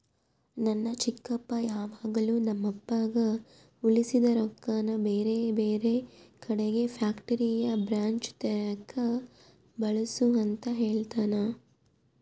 ನನ್ನ ಚಿಕ್ಕಪ್ಪ ಯಾವಾಗಲು ನಮ್ಮಪ್ಪಗ ಉಳಿಸಿದ ರೊಕ್ಕನ ಬೇರೆಬೇರೆ ಕಡಿಗೆ ಫ್ಯಾಕ್ಟರಿಯ ಬ್ರಾಂಚ್ ತೆರೆಕ ಬಳಸು ಅಂತ ಹೇಳ್ತಾನಾ